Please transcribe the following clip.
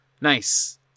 Nice